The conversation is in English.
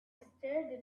stared